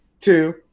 Two